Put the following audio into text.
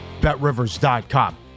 betrivers.com